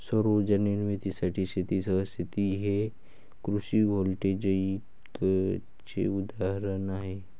सौर उर्जा निर्मितीसाठी शेतीसह शेती हे कृषी व्होल्टेईकचे उदाहरण आहे